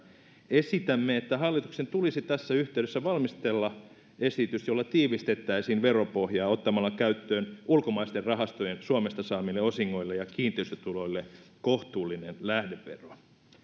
esitämme että hallituksen tulisi tässä yhteydessä valmistella esitys jolla tiivistettäisiin veropohjaa ottamalla käyttöön ulkomaisten rahastojen suomesta saamille osingoille ja kiinteistötuloille kohtuullinen lähdevero se